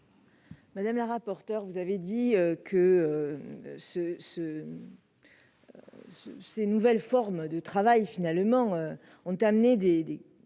Madame la rapporteure, vous avez dit que ces nouvelles formes de travail avaient finalement permis